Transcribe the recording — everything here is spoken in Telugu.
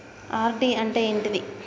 ఆర్.డి అంటే ఏంటిది?